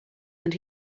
and